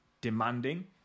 demanding